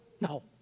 No